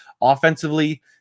offensively